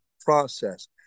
process